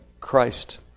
Christ